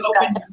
open